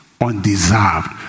undeserved